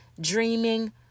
dreaming